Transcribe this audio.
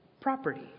property